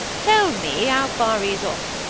tell me how far he's off,